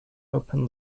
open